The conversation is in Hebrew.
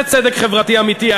זה צדק חברתי אמיתי.